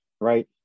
right